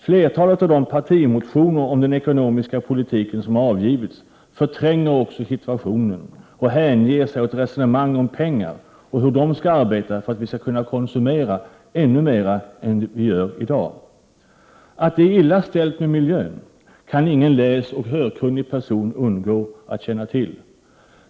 Flertalet av de partimotioner om den ekonomiska politiken som har avgivits förtränger också situationen och hänger sig åt resonemang om pengar och hur de skall arbeta för att vi skall kunna konsumera ännu mer än vi gör i dag. Att det är illa ställt med miljön kan ingen läsoch hörkunnig person undgå att känna till.